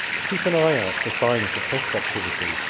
keep an eye out for signs of pest activity,